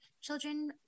children